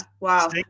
wow